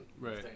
Right